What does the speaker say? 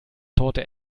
torte